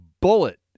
bullet